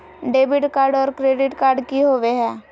Debit card और credit card की होवे हय?